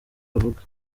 bavuga